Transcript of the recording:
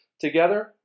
together